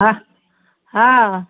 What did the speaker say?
अह हँ